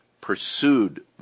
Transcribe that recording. pursued